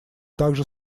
также